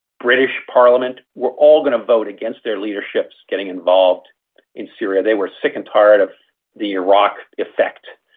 british parliament, were all going to vote against their leaderships getting involved in syria, they were sick and tired of the iraq effect,